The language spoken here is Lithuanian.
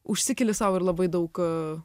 užsikeli sau ir labai daug